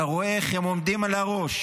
אתה רואה איך הם עומדים על הראש,